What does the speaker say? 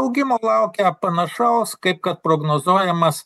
augimo laukia panašaus kaip kad prognozuojamas